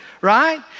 right